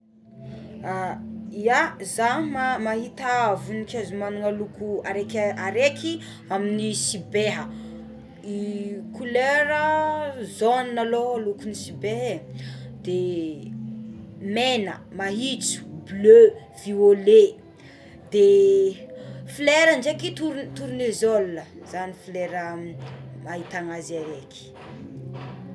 A ia za ma mahita voninkazo magnagno araika araiky amin'ny sibeha i kolera a jaune aloha loko ny sibeha de mena, maitso, bleu violet de flera ndraiky torne- tornezola zany flera ahitana azy araiky.